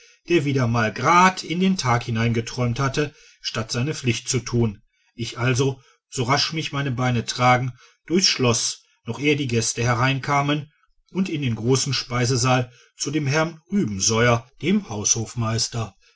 der wieder mal gerad in den tag hineingeträumt hatte statt seine pflicht zu tun ich also so rasch mich meine beine tragen durchs schloß noch ehe die gäste hereinkamen und in den großen speisesaal zu dem herrn rubesoier dem haushofmeister